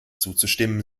zuzustimmen